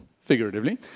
figuratively